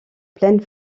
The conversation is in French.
pleine